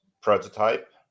prototype